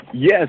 Yes